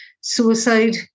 suicide